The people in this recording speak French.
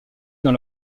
dans